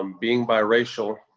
um being biracial,